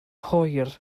hwyr